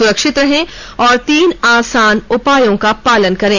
सुरक्षित रहें और तीन आसान उपायों का पालन करें